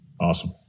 Awesome